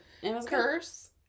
curse